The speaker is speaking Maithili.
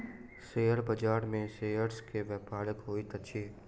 शेयर बाजार में शेयर्स के व्यापार होइत अछि